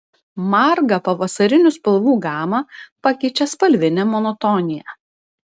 margą pavasarinių spalvų gamą pakeičia spalvinė monotonija